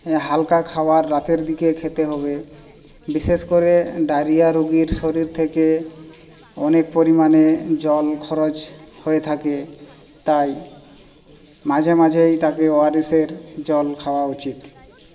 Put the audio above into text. হালকা খাবার রাতের দিকে খেতে হবে বিশেষ করে ডাইরিয়া রুগীর শরীর থেকে অনেক পরিমাণে জল খরচ হয়ে থাকে তাই মাঝেমাঝেই তাকে ওয়ারেসের জল খাওয়া উচিৎ